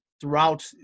throughout